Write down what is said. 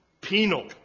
penal